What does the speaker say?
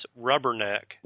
rubberneck